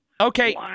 Okay